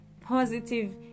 positive